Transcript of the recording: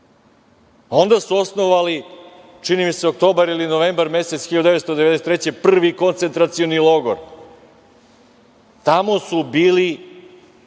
su osnovali, čini mi se, oktobar ili novembar mesec 1993. godine, prvi koncentracioni logor. Tamo su bili